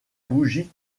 bougie